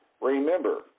Remember